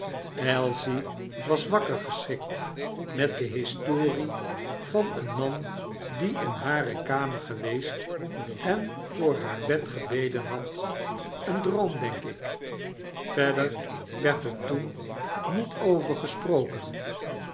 ailsie was wakker gescbrikt met de historie van een man die in hare kamer geweest en voor haar bed gebeden had eendroom denkik verder werd er toen niet over gesproken